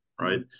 right